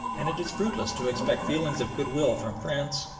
and it is fruitless to expect feelings of goodwill from france,